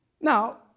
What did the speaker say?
Now